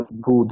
good